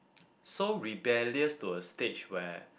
so rebellious to a stage where